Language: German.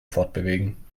fortbewegen